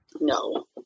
No